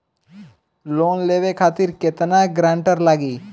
Loan लेवे खातिर केतना ग्रानटर लागी?